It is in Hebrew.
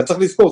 אבל צריך לזכור,